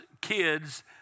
kids